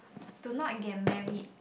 do not get marry